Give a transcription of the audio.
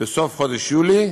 בסוף חודש יולי,